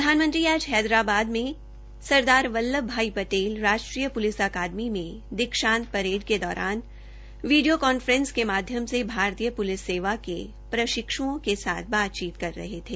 प्रधानमंत्री आज हैदराबाद में सरदार वल्लभ भाई पटेल राष्ट्रीय प्लिस अकादमी में दीक्षांत परेड के दौरान वीडियो कांफ्रेस के माध्यम से भारतीय पुलिस सेवा के प्रशिक्षुओं के साथ बातचीत कर रहे थे